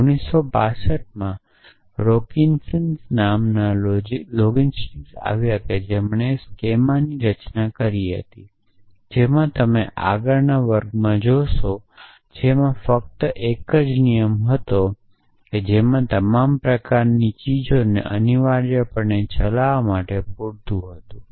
1965 માં રોકીન્સન નામના લોજિસ્ટિગન આવ્યા જેણે સ્કેમાની રચના કરી હતી જેનો તમે આગળના વર્ગમાં જોશો જેમાં ફક્ત એક જ નિયમ હતો જેમાં તમામ પ્રકારની ચીજોને અનિવાર્યપણે ચલાવવા માટે પૂરતું હતું